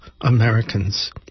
Americans